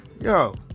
yo